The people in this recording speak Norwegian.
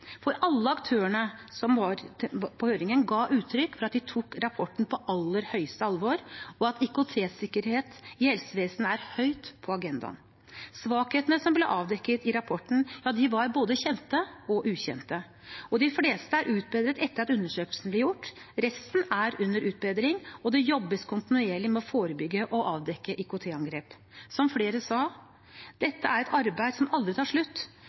ga uttrykk for at de tok rapporten på aller høyeste alvor, og at IKT-sikkerhet i helsevesenet er høyt på agendaen. Svakhetene som ble avdekket i rapporten, var både kjente og ukjente, og de fleste er utbedret etter at undersøkelsen ble gjort. Resten er under utbedring, og det jobbes kontinuerlig med å forebygge og avdekke IKT-angrep. Som flere sa: Dette er et arbeid som aldri tar slutt.